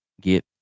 get